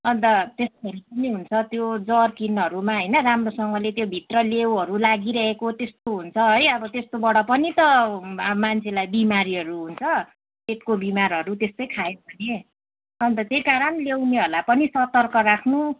अन्त त्यस्तोहरू पनि हुन्छ त्यो जर्किनहरूमा होइन राम्रोसँगले त्योभित्र लेऊहरू लागिरहेको त्यस्तो हुन्छ है अब त्यस्तोबाट पनि त अब मान्छेलाई बिमारीहरू हुन्छ पेटको बिमारहरू त्यस्तै खायो भने अन्त त्यही कारण ल्याउनेहरूलाई पनि सतर्क राख्नू